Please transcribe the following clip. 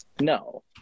no